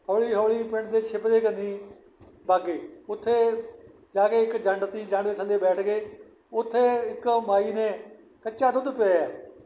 ਹੌਲੀ ਹੌਲੀ ਪਿੰਡ ਦੇ ਛਿਪਦੇ ਕੰਨੀ ਬੱਗ ਗਏ ਉੱਥੇ ਜਾ ਕੇ ਇੱਕ ਜੰਡ ਸੀ ਜੰਡ ਦੇ ਥੱਲੇ ਬੈਠ ਗਏ ਉੱਥੇ ਇੱਕ ਮਾਈ ਨੇ ਕੱਚਾ ਦੁੱਧ ਪਿਆਇਆ